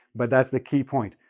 but that's the key point.